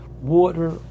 water